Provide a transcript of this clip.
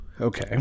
Okay